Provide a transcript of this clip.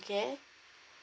care